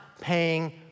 paying